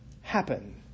happen